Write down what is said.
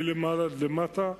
מלמעלה עד למטה,